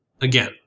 again